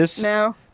No